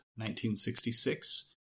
1966